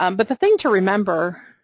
um but the thing to remember,